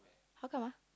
how come ah